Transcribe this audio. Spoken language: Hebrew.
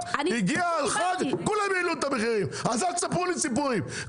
הגיע החג כולם העלו את המחירים אז אל תספרו לי סיפורים.